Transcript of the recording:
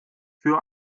für